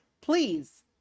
Please